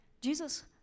Jesus